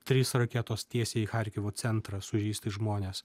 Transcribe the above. trys raketos tiesiai į charkivo centrą sužeisti žmonės